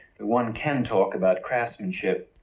but one can talk about craftsmanship.